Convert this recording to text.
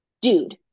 dude